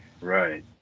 Right